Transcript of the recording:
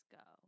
go